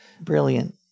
brilliant